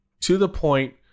to-the-point